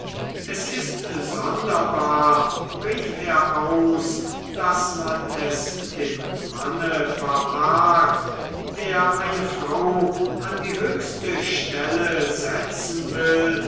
es ist sonderbar rief er aus daß man es dem manne verargt der eine frau an die höchste stelle setzen will